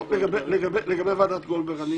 לגבי ועדת גולדברג,